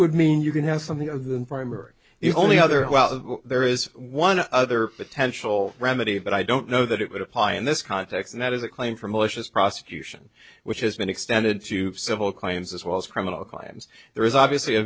would mean you can have something other than primary the only other while there is one other potential remedy but i don't know that it would apply in this context and that is a claim for malicious prosecution which has been extended to civil claims as well as criminal claims there is obviously a